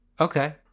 Okay